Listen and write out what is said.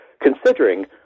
considering